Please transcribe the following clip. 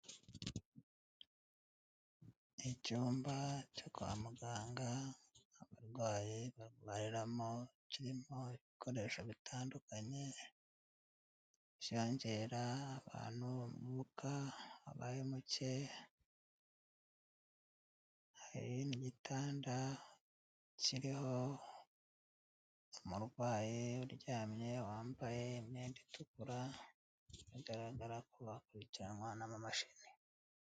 Icyumba cyo kwa muganga abarwayi barwariramo kirimo ibikoresho bitandukanye, ibyongera abantu umwuka wabaye mukeya, hari n'igitanda kiriho umurwayi uryamye wambaye imyenda itukura, agaragara ko akurikiranwa n'amamashini.